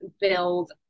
build